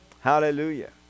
Hallelujah